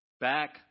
Back